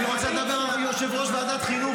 אני רוצה לדבר על יושב-ראש ועדת החינוך,